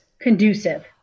conducive